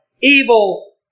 evil